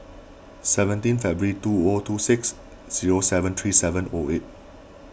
seventeen February two O two six zero seven three seven O eight